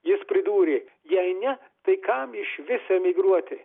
jis pridūrė jei ne tai kam išvis emigruoti